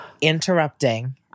Interrupting